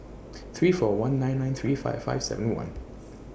three four one nine nine three five five seven one